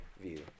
view